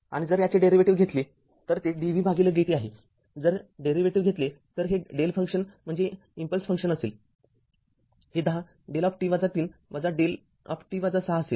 आणि जर याचे डेरीवेटीव्ह घेतले तर हे dv भागिले dt आहे जर डेरीवेटीव्ह घेतले तर हे δ फंक्शन म्हणजे इम्पल्स फंक्शन असेल हे १० δ t ३ δ t ६ असेल